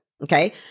Okay